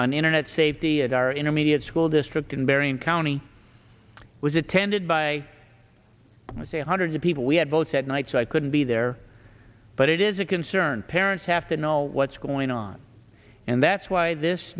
on internet safety and our intermediate school district in marion county was attended by say hundreds of people we had votes at night so i couldn't be there but it is a concern parents have to know what's going on and that's why this